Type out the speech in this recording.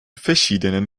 verschiedenen